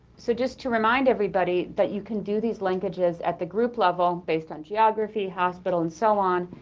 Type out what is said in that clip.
so just to remind everybody that you can do these linkages at the group level based on geography, hospital and so on,